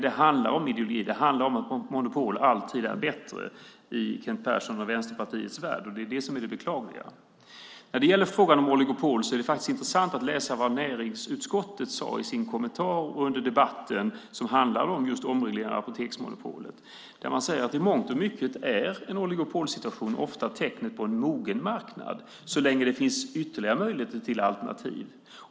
Det handlar om ideologi att monopol alltid är bättre i Kent Perssons och Vänsterpartiets värld. Det är det som är det beklagliga. När det gäller oligopol är det intressant att läsa vad näringsutskottet skriver i sin kommentar och vad som sades under debatten om omregleringen av apoteksmonopolet. Man säger att i mångt och mycket är en oligopolsituation ofta tecknet på en mogen marknad så länge det finns ytterligare möjligheter till alternativ.